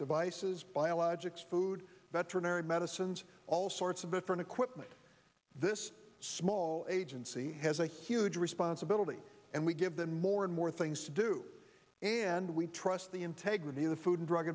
devices biologics food veterinary medicines all sorts of different equipment this small agency has a huge responsibility and we give them more and more things to do and we trust the integrity of the food and drug